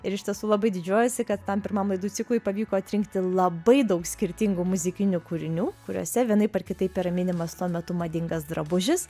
ir iš tiesų labai didžiuojuosi kad tam pirmam laidų ciklui pavyko atrinkti labai daug skirtingų muzikinių kūrinių kuriuose vienaip ar kitaip yra minimas tuo metu madingas drabužis